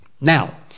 Now